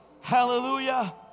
hallelujah